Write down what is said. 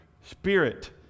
spirit